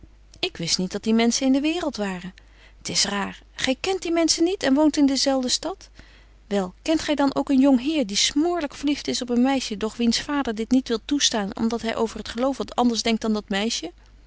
ik wist niet dat die menschen in de waereld waren t is raar gy kent die menschen niet en woont in dezelfde stad wel kent gy dan ook een jong heer die smoorlyk verlieft is op een meisje doch wiens vader dit niet wil toestaan om dat hy over het geloof wat anders denkt dan dat meisje